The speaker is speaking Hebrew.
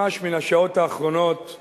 ממש מן השעות האחרונות,